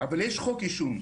אבל יש חוק עישון.